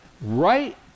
Right